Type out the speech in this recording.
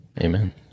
Amen